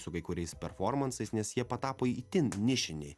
su kai kuriais performansais nes jie patapo itin nišiniai